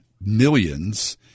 millions